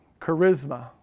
charisma